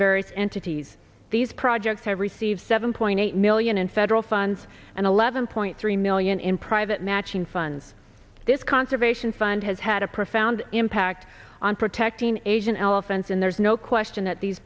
very entities these projects have received seven point eight million in federal funds and eleven point three million in private matching funds this conservation fund has had a profound impact on protecting asian elephants and there's no question that these